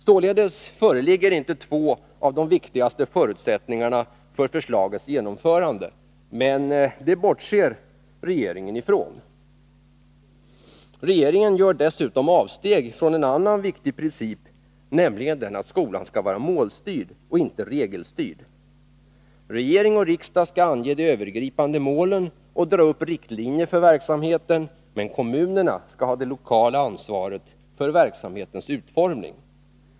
Således föreligger inte två av de viktigaste förutsättningarna för förslagets genomförande, men det bortser regeringen ifrån. Regeringen gör dessutom avsteg från en annan viktig princip, nämligen den att skolan skall vara målstyrd och inte regelstyrd. Regering och riksdag skall ange de övergripande målen och dra upp riktlinjer för verksamheten, men kommunerna skall ha det lokala ansvaret för verksamhetens utformning.